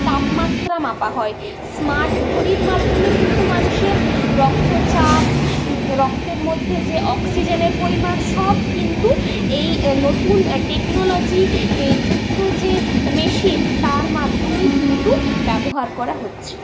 তাপমাত্রা মাপা হয় স্মার্ট ঘড়ির মাধ্যমে কিন্তু মানুষের রক্তচাপ রক্তের মধ্যে যে অক্সিজেনের পরিমাণ সব কিন্তু এই নতুন টেকনোলোজিযুক্ত যে মেশিন তার মাধ্যমেই কিন্তু ব্যবহার করা হচ্ছে